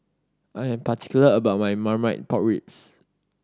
I am particular about my Marmite Pork Ribs